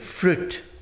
fruit